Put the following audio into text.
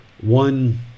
one